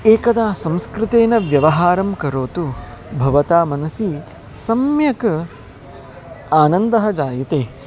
एकदा संस्कृतेन व्यवहारं करोतु भवता मनसि सम्यक् आनन्दः जायते